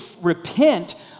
repent